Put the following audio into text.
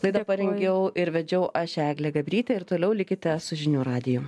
laidą parengiau ir vedžiau aš eglė gabrytė ir toliau likite su žinių radiju